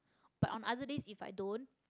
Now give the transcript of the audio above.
but on other days if I don't